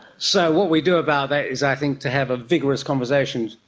so what we do about that is i think to have a vigorous conversation.